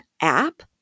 app